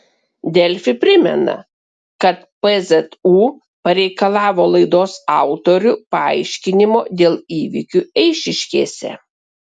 delfi primena kad pzu pareikalavo laidos autorių paaiškinimo dėl įvykių eišiškėse